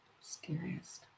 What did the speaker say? Scariest